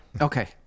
okay